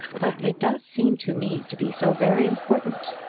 but it does seem to me to be so very important!